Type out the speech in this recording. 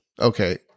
Okay